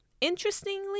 Interestingly